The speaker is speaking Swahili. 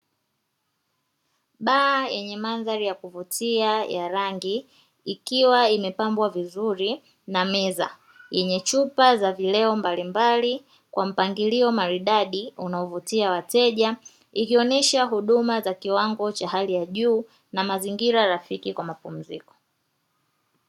Baa yenye mandhari ya kuvutia ya rangi ikiwa imepambwa vizuri na meza yenye chupa za vileo mbali mbali kwa mpangilio maridadi unaovutia wateja ikionesha huduma za kiwango cha hali ya juu na mazingira rafiki kwa mapumziko.